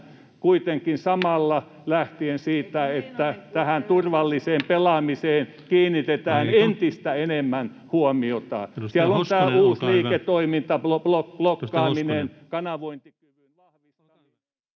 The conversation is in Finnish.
koputtaa] lähtien siitä, että tähän turvalliseen pelaamiseen kiinnitetään [Puhemies: Aika!] entistä enemmän huomiota. Siellä on tämä uusi liiketoiminta, blokkaaminen, kanavointi... [Puhemies